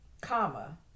comma